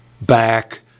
back